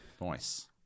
nice